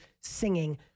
singing